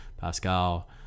Pascal